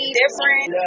different